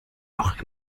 noch